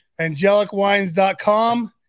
AngelicWines.com